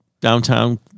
downtown